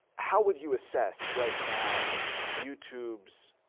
how would you assess right now youtube's,